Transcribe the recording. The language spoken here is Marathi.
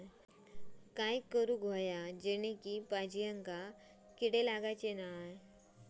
काय करूचा जेणेकी भाजायेंका किडे लागाचे नाय?